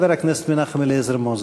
חבר הכנסת מנחם אליעזר מוזס.